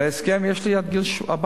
בהסכם יש לי כבר עד גיל 14,